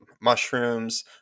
mushrooms